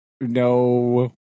no